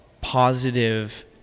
positive